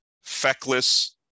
feckless